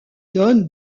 donne